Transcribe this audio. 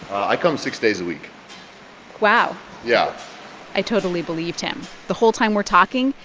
i come six days a week wow yeah i totally believed him. the whole time we're talking,